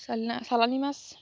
চালানী মাছ